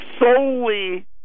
solely